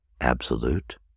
absolute